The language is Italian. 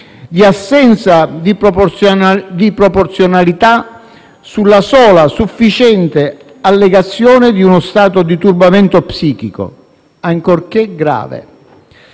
assolute di proporzionalità sulla sola sufficiente allegazione di uno stato di turbamento psichico, ancorché grave.